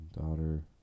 daughter